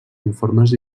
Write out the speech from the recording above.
informes